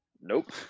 Nope